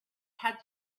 had